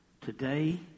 Today